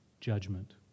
judgment